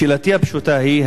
שאלתי הפשוטה היא,